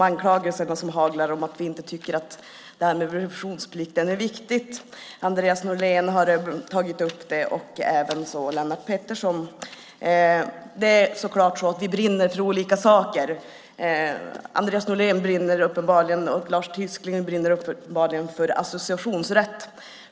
anklagelserna som haglar om att vi inte tycker att revisionsplikten är viktig. Andreas Norlén och ävenså Lennart Pettersson har tagit upp frågan. Det är klart att vi brinner för olika saker. Andreas Norlén och Lars Tysklind brinner uppenbarligen för associationsrätt.